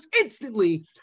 instantly